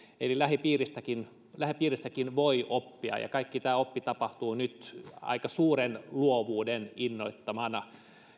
eli lähipiirissäkin lähipiirissäkin voi oppia ja kaikki tämä oppi tapahtuu nyt aika suuren luovuuden innoittamana